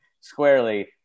squarely